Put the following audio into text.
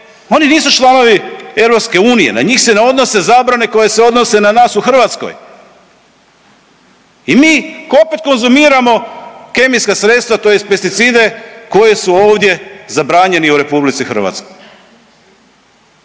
oni nisu članovi EU, na njih se ne odnose zabrane koje se odnose na nas u Hrvatskoj i mi opet konzumiramo kemijska sredstva tj. pesticide koji su ovdje zabranjeni u RH. Zato